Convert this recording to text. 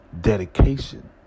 dedication